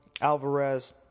Alvarez